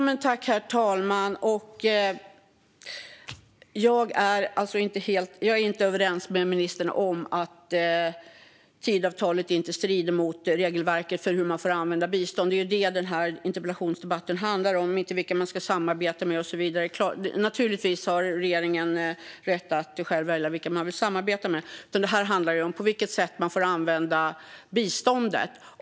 Herr talman! Jag är inte överens med ministern om att Tidöavtalet inte strider mot regelverket för hur man får använda bistånd. Det är detta som interpellationsdebatten handlar om, och inte vilka man ska samarbeta med. Naturligtvis har regeringen rätt att själv välja vilka den vill samarbeta med. Detta handlar om på vilket sätt man får använda biståndet.